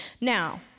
Now